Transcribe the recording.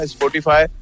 Spotify